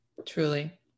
Truly